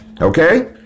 Okay